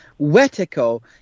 wetico